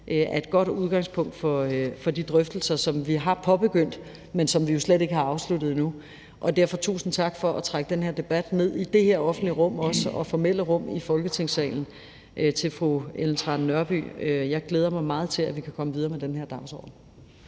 er et godt udgangspunkt for de drøftelser, som vi har påbegyndt, men som vi jo slet ikke har afsluttet endnu. Derfor tusind tak for også at trække den her debat ned i det her offentlige rum og formelle rum i Folketingssalen til fru Ellen Trane Nørby. Jeg glæder mig meget til, at vi kan komme videre med den her dagsorden.